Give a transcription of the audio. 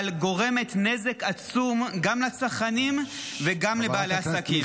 אבל גורמת נזק עצום גם לצרכנים וגם לבעלי העסקים.